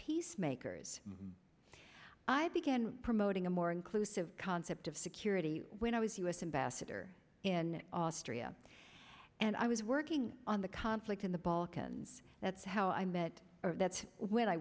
peacemakers i began promoting a more inclusive concept of security when i was u s ambassador in austria and i was working on the conflict in the balkans that's how i met that when i